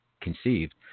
conceived